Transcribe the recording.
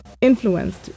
influenced